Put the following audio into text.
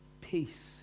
peace